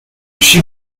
she